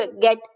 get